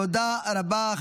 תודה רבה.